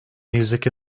music